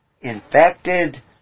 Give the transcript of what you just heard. infected